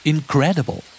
Incredible